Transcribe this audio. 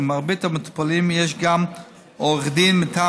למרבית המטופלים יש גם עורך דין מטעם